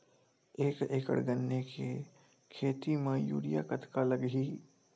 एक एकड़ गन्ने के खेती म यूरिया कतका लगही?